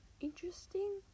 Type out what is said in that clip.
interesting